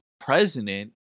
president